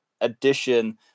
addition